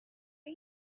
are